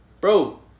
Bro